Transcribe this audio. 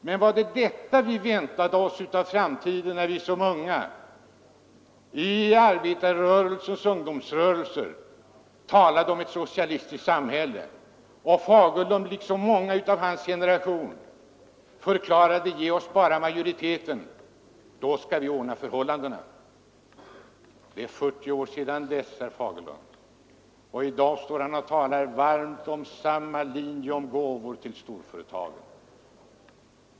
Men var det verkligen detta vi väntade oss av framtiden när vi som unga i arbetarrörelsens ungdomsorganisationer talade om ett socialistiskt samhälle? Herr Fagerlund liksom många andra av hans generation förklarade då: ”Ge oss bara majoriteten, så skall vi ordna förhållandena.” Det är 40 år sedan dess, herr Fagerlund, och i dag talar herr Fagerlund varmt för gåvor till storföretagen.